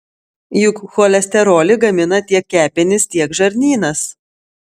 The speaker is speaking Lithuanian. juk cholesterolį gamina tiek kepenys tiek žarnynas